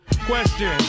question